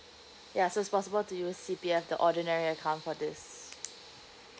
ya so it's possible to use C P F the ordinary account for this